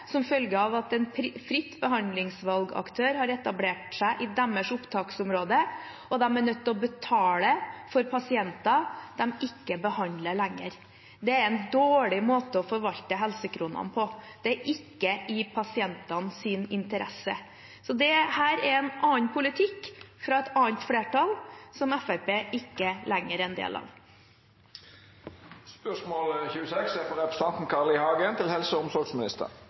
som følge av at en fritt behandlingsvalg-aktør har etablert seg i deres opptaksområde, og at de er nødt til å betale for pasienter de ikke behandler lenger. Det er en dårlig måte å forvalte helsekronene på. Det er ikke i pasientenes interesse. Dette er en annen politikk fra et annet flertall, som Fremskrittspartiet ikke lenger er en del av. Jeg har dette spørsmålet til helse- og omsorgsministeren: «Tirsdag forrige uke deltok jeg i demonstrasjon for å bevare Ullevål sykehus, og